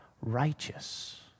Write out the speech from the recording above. righteous